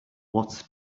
what